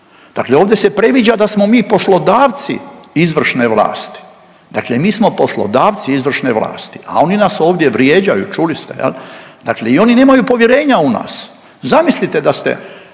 Dakle, ovdje se previđa da smo mi poslodavci izvršne vlasti, dakle mi smo poslodavci izvršne vlasti, a oni nas ovdje vrijeđaju čuli ste jel, dakle i oni nemaju povjerenja u nas. Zamislite da ste